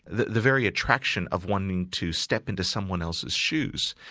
the the very attraction of wanting to step into someone else's shoes,